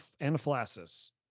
anaphylaxis